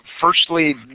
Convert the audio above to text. Firstly